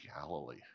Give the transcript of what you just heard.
Galilee